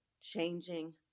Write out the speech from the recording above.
changing